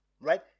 Right